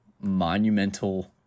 monumental